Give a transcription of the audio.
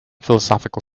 philosophical